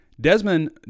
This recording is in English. Desmond